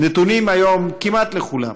נתונים היום כמעט לכולם.